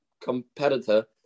competitor